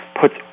puts